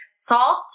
Salt